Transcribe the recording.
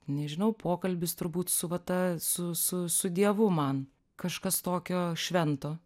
nežinau pokalbis turbūt su va ta su su su dievu man kažkas tokio švento